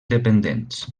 dependents